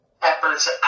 peppers